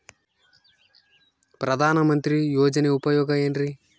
ಪ್ರಧಾನಮಂತ್ರಿ ಯೋಜನೆ ಉಪಯೋಗ ಏನ್ರೀ?